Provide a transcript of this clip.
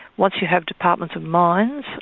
once you have departments of mines,